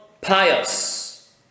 pious